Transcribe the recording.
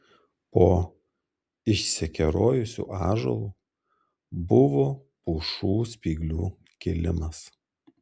po išsikerojusiu ąžuolu buvo pušų spyglių kilimas